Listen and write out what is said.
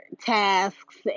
tasks